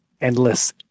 endless